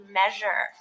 measure